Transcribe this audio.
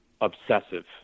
obsessive